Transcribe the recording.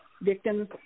Victims